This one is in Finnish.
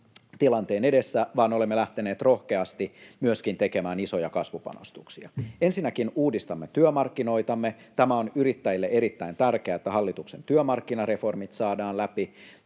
tilanteen edessä vaan olemme lähteneet rohkeasti myöskin tekemään isoja kasvupanostuksia. Ensinnäkin uudistamme työmarkkinoitamme. Yrittäjille on erittäin tärkeää, että hallituksen työmarkkinareformit saadaan läpi.